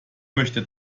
möchte